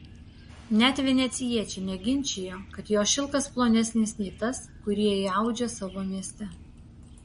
net venecijiečiai neginčijo kad jo šilkas plonesnis nei tas kurį jie audžia savo mieste